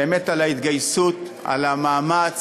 באמת, על ההתגייסות, על המאמץ,